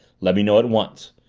let me know at once.